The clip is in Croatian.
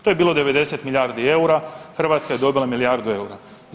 To je bilo 90 milijardi EUR-a, Hrvatska je dobila milijardu EUR-a.